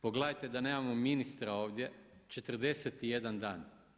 Pogledajte da nemamo ministra ovdje 41 dan.